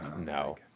No